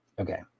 Okay